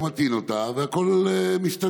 הוא מטעין אותה והכול מסתדר.